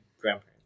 grandparents